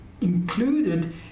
included